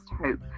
hope